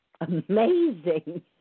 amazing